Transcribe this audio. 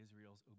Israel's